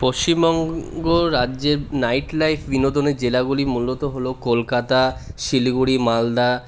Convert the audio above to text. পশ্চিমবঙ্গ রাজ্যের নাইটলাইফ বিনোদনের জেলাগুলি মূলত হল কলকাতা শিলিগুড়ি মালদা